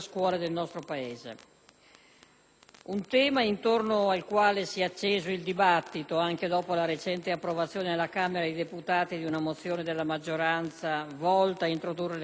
un tema intorno al quale si è acceso il dibattito, anche dopo la recente approvazione alla Camera dei deputati di una mozione della maggioranza, volta a introdurre le cosiddette